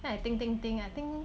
then I think think think I think